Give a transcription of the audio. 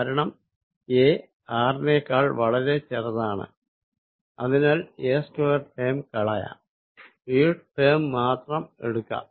കാരണം a r നെ ക്കാൾ വളരെ ചെറുതാണ് അതിനാൽ a2 ടേം കളയാം ഈ ടേം മാത്രം എടുക്കാം